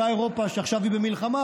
אותה אירופה שעכשיו היא במלחמה,